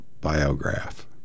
biograph